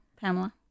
Pamela